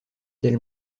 del